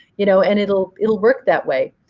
you know and it'll it'll work that way.